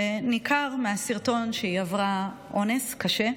וניכר מהסרטון שהיא עברה אונס קשה.